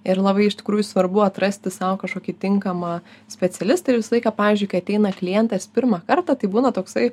ir labai iš tikrųjų svarbu atrasti sau kažkokį tinkamą specialistą ir visą laiką pavyzdžiui kai ateina klientas pirmą kartą tai būna toksai